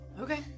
Okay